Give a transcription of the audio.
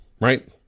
right